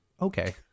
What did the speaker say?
Okay